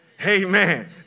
Amen